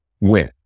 win